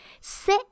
c'est